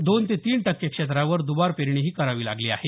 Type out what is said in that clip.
दोन ते तीन टक्के क्षेत्रावर दबार पेरणीही करावी लागली आहे